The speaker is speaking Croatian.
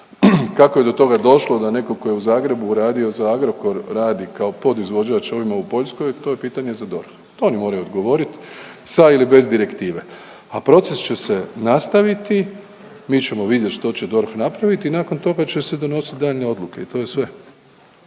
Kako je do toga došlo da je neko ko je u Zagrebu radio za Agrokor radi kao podizvođač ovima u Poljskoj, to je pitanje za DORH, to oni moraju odgovorit sa ili bez direktive, a proces će se nastaviti, mi ćemo vidjet što će DORH napraviti i nakon toga će se donosit daljnje odluke i to je sve.